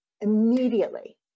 immediately